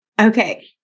Okay